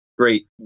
great